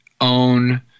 own